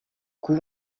coup